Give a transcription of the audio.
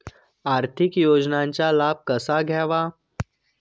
आर्थिक योजनांचा लाभ कसा घ्यावा?